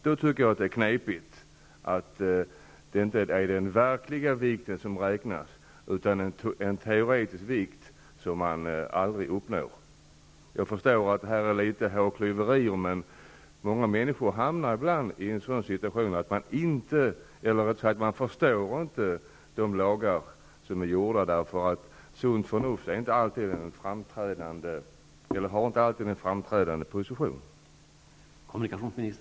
Då tycker jag att det är knepigt att det inte är den verkliga vikten som räknas utan en teoretisk vikt som man aldrig uppnår. Jag förstår att det här är något av hårklyverier, men många människor hamnar ibland i sådana situationer att man inte förstår de lagar som finns, därför att sunt förnuft inte alltid haft en framträdande position vid deras tillkomst.